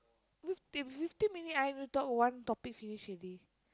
fifty fifty minute I have to talk one topic finish already